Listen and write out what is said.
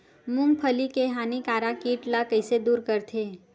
मूंगफली के हानिकारक कीट ला कइसे दूर करथे?